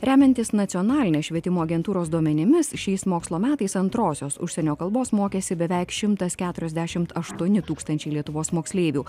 remiantis nacionalinės švietimo agentūros duomenimis šiais mokslo metais antrosios užsienio kalbos mokėsi beveik šimtas keturiasdešimt aštuoni tūkstančiai lietuvos moksleivių